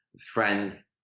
friend's